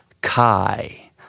kai